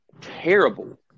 terrible